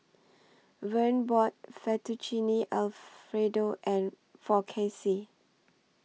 Verne bought Fettuccine Alfredo and For Casey